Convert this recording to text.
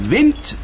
Wind